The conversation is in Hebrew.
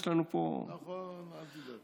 יש לנו פה, נכון, אל תדאג.